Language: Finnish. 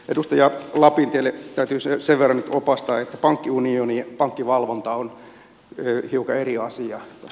edustaja lapintietä täytyy sen verran nyt opastaa että pankkiunioni ja pankkivalvonta ovat hiukan eri asioita